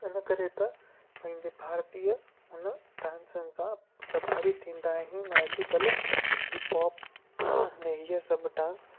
इनकरे त पंहिंजे भारतीय हुन डांसनि सां प्रभावित थींदा आहिनि ऐं अॼु कल्ह हिप हॉप ने हीअ सभु डांस